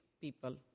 people